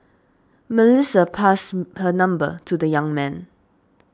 Melissa passed her number to the young man